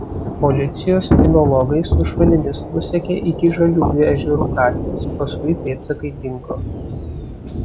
policijos kinologai su šunimis nusekė iki žaliųjų ežerų gatvės paskui pėdsakai dingo